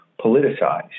politicized